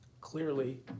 Clearly